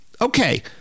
Okay